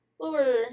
lower